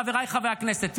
חבריי חברי הכנסת,